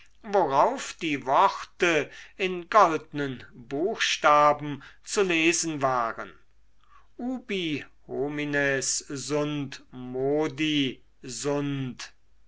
worauf die worte in goldnen buchstaben zu lesen waren ubi homines sunt modi